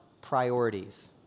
priorities